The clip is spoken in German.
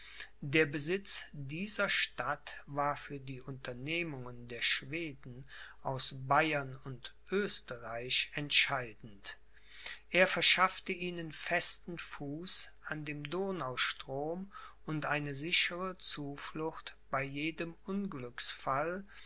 der besitz dieser stadt war für die unternehmungen der schweden aus bayern und oesterreich entscheidend er verschaffte ihnen festen fuß an dem donaustrom und eine sichere zuflucht bei jedem